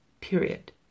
period